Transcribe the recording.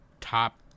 top